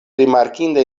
rimarkinda